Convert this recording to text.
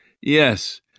Yes